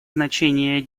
значение